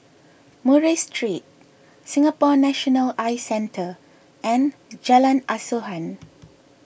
Murray Street Singapore National Eye Centre and Jalan Asuhan